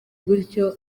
bityo